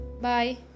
Bye